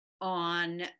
on